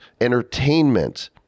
entertainment